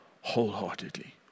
wholeheartedly